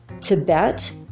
Tibet